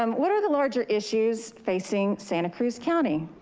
um what are the larger issues facing santa cruz county?